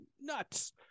nuts